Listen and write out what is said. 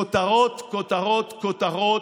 כותרות, כותרות,